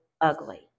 ugly